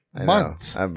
months